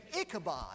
Ichabod